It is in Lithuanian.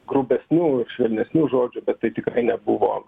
grubesnių ir švelnesnių žodžių bet tai tikrai nebuvo